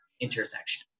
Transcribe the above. intersection